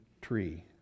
tree